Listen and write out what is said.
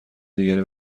دیگری